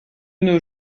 nos